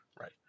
Right